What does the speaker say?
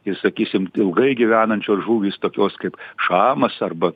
ir sakysim ilgai gyvenančios žuvys tokios kaip šamas arba